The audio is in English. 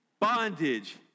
bondage